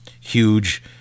huge